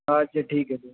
اچھا ٹھیک ہے پھر